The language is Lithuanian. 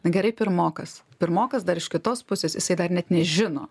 na gerai pirmokas pirmokas dar iš kitos pusės jisai dar net nežino